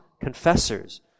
confessors